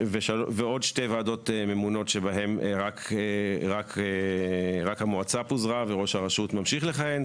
ועוד שתי ועדות ממונות שבהן רק המועצה פוזרה וראש הרשות ממשיך לכהן.